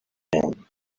again